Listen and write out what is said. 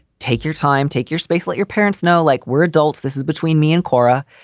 take your time, take your space. let your parents know like we're adults. this is between me and cora.